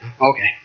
Okay